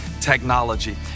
technology